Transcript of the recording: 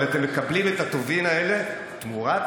אבל אתם מקבלים את הטובין האלה תמורת